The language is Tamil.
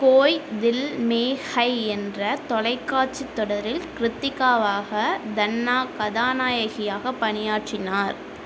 கோய் தில் மெ ஹை என்ற தொலைக்காட்சித் தொடரில் கிருத்திகாவாக தன்னா கதாநாயகியாக பணியாற்றினார்